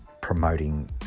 promoting